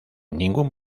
ningún